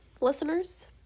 listeners